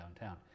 downtown